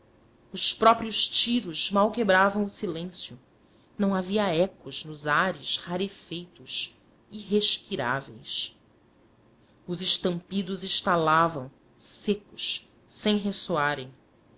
os próprios tiros mal quebravam o silêncio não havia ecos nos ares rarefeitos irrespiráveis os estampidos estalavam secos sem ressoarem